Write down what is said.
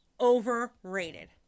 overrated